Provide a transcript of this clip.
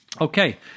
Okay